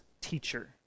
teacher